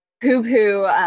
poo-poo